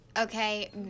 Okay